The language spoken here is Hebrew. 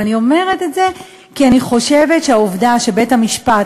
ואני אומרת את זה כי אני חושבת שהעובדה שבית-המשפט